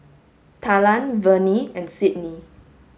Talan Vernie and Sydnee